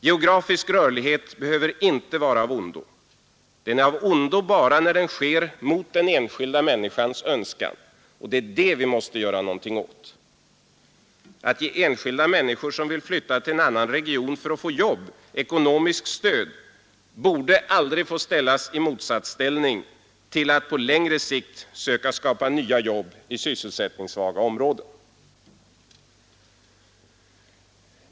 Geografisk rörlighet behöver inte vara av ondo. Den är av ondo bara när den sker mot den enskilda människans önskan. Det är det vi måste göra någonting åt. Att ge enskilda människor som vill flytta till en annan region för att få jobb, ekonomiskt stöd, borde aldrig få sättas i motsatsställning till att på längre sikt söka skapa nya jobb i sysselsättningssvaga områden.